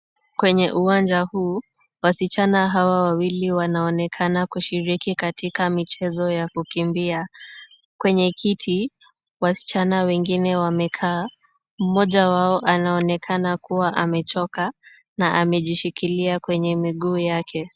Kwenye uwanja huu wasichana hawa wawili wanaonekana kushiriki katika michezo ya kukimbia. Kwenye kiti, wasichana wengine wamekaa. Mmoja wao anaonekana kuwa amechoka na amejishikilia kwenye miguu yake.